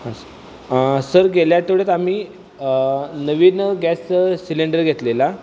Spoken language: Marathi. हां सर गेल्या आठवड्यात आम्ही नवीन गॅस सिलेंडर घेतलेला